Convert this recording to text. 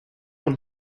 want